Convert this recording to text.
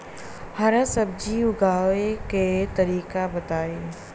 हरा सब्जी उगाव का तरीका बताई?